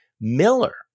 Miller